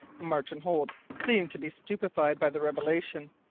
martin holt seemed to be stupefied by the revelation.